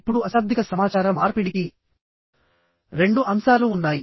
ఇప్పుడు అశాబ్దిక సమాచార మార్పిడికి రెండు అంశాలు ఉన్నాయి